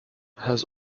has